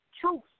truth